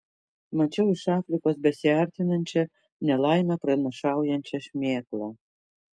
mačiau iš afrikos besiartinančią nelaimę pranašaujančią šmėklą